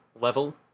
level